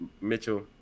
Mitchell